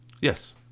Yes